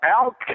Al